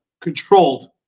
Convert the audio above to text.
controlled